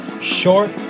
Short